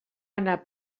anar